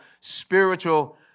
spiritual